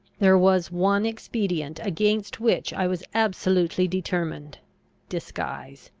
there was one expedient against which i was absolutely determined disguise.